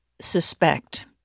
suspect